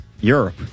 Europe